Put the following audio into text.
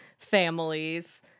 families